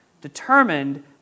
determined